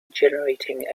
generating